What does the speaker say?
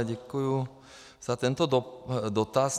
Děkuji za tento dotaz.